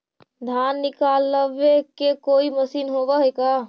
धान निकालबे के कोई मशीन होब है का?